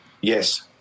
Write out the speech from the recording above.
Yes